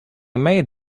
made